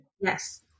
Yes